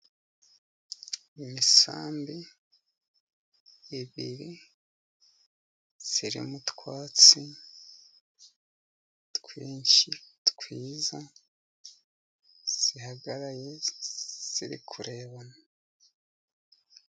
Imisambi ibiri iri mu twatsi twinshi twiza, irahagaraze, iri kurebana.